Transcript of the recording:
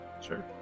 Sure